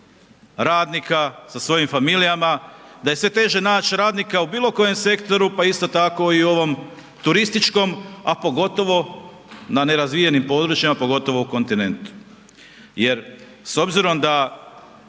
radnika sa svojim familijama, da je sve teže nać radnika u bilo kojem sektoru, pa isto tako i u ovom turističkom, a pogotovo na nerazvijenim područjima, pogotovo u kontinentu. Jer s obzirom da,